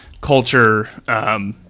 culture